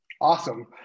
Awesome